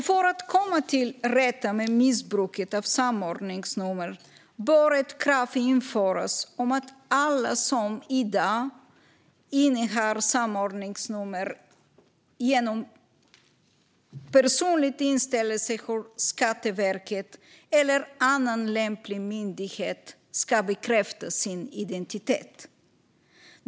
För att komma till rätta med missbruket av samordningsnummer bör ett krav införas på att alla som i dag innehar samordningsnummer genom personlig inställelse hos Skatteverket eller annan lämplig myndighet bekräftar sin identitet.